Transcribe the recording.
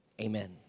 Amen